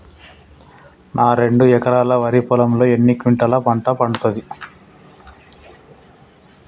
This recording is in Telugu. నా రెండు ఎకరాల వరి పొలంలో ఎన్ని క్వింటాలా పంట పండుతది?